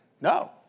No